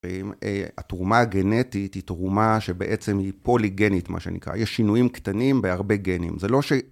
התרומה הגנטית היא תרומה שבעצם היא פוליגנית מה שנקרא, יש שינויים קטנים בהרבה גנים. זה לא ש..